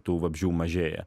tų vabzdžių mažėja